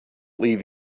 leave